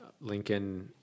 Lincoln